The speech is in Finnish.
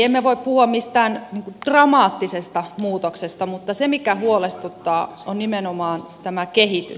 emme voi puhua mistään dramaattisesta muutoksesta mutta se mikä huolestuttaa on nimenomaan tämä kehitys